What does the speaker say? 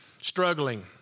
struggling